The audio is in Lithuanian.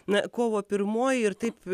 na kovo pirmoji ir taip